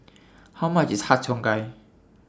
How much IS Har Cheong Gai